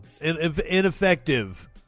ineffective